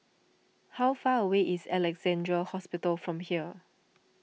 how far away is Alexandra Hospital from here